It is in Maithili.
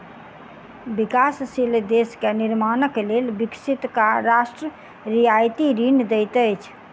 विकासशील देश के निर्माणक लेल विकसित राष्ट्र रियायती ऋण दैत अछि